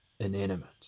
Inanimate